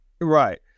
right